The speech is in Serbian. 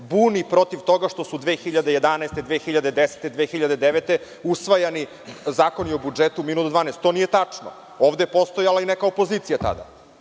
buni protiv toga što su 2011, 2010, 2009. godine usvajani zakoni o budžetu u minut do 12. To nije tačno. Ovde je postojala i neka opozicija tada.